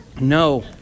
No